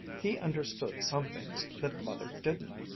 he understood some things that mother didn't,